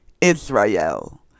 Israel